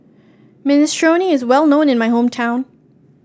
minestrone is well known in my hometown